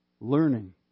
learning